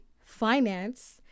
finance